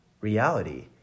reality